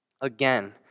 Again